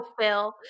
Phil